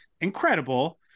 incredible